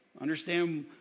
Understand